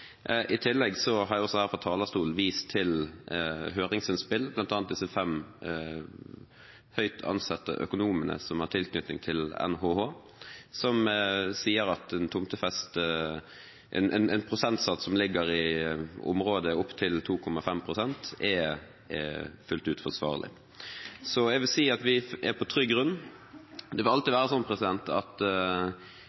I tillegg har jeg også her fra talerstolen vist til høringsinnspill, bl.a. disse fem høyt ansette økonomene som har tilknytning til NHH, som sier at en prosentsats som ligger i området opp til 2,5 pst., er fullt ut forsvarlig. Så jeg vil si at vi er på trygg grunn. Det vil alltid være sånn at de som er uenig i resultat, vil gjerne mene at